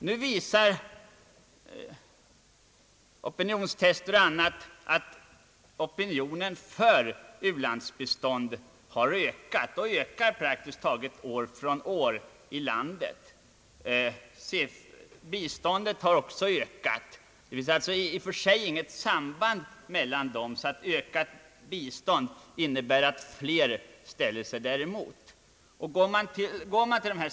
Nu visar opinionstester och annat att opinionen för u-landsbistånd har ökat och ökar praktiskt taget år från år i landet. Biståndet har också ökat. Det råder knappast något klart samband mellan dessa saker på så sätt att ökat bistånd innebär att flera motsätter sig biståndet.